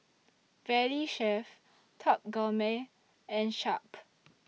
Valley Chef Top Gourmet and Sharp